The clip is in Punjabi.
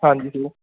ਹਾਂਜੀ ਜੀ